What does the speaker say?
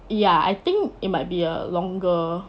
ya I think it might be err longer